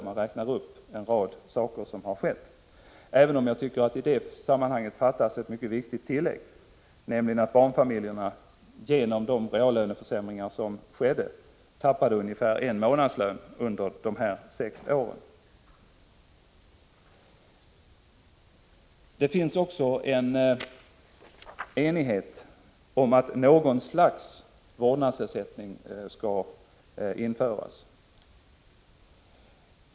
Man räknar upp en rad saker som har skett, även om jag tycker att det i detta sammanhang fattas ett mycket viktigt tillägg, nämligen att barnfamiljerna genom de reallöneförsämringar som skedde tappade ungefär en månadslön under dessa sex år. Det finns också en enighet om att något slags vårdnadsersättning skall införas.